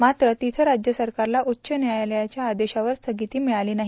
मात्र तिथं राज्य सरकारला उच्च न्यायालयाच्या आदेशावर स्थगिती मिळाली नाही